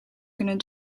kunnen